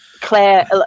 Claire